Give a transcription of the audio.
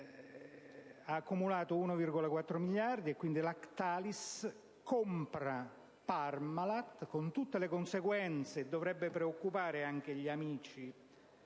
ha accumulato 1,4 miliardi di riserve, e quindi Lactalis compra Parmalat con tutte le conseguenze: e ciò dovrebbe preoccupare anche gli amici,